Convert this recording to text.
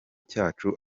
cyacu